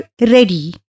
ready